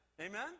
Amen